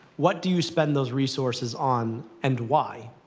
what do you spend those resources on, and why?